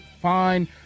Fine